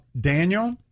Daniel